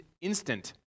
instant